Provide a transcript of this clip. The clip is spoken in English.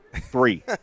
three